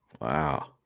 Wow